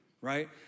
right